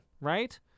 right